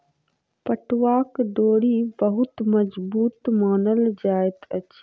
पटुआक डोरी बहुत मजबूत मानल जाइत अछि